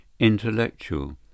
intellectual